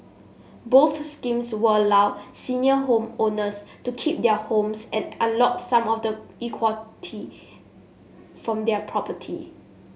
both schemes would allow senior homeowners to keep their homes and unlock some of the equity from their property